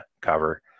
cover